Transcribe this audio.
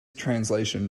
translation